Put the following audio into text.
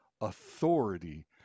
authority